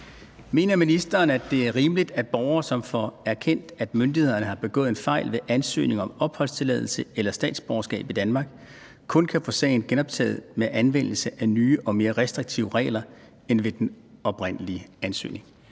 Mener ministeren, at det er rimeligt, at borgere, som får erkendt, at myndighederne har begået en fejl ved ansøgningen om opholdstilladelse eller statsborgerskab i Danmark, kun kan få sagen genoptaget med anvendelse af nye og mere restriktive regler end ved den oprindelige ansøgning?